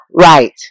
Right